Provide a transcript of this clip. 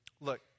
Look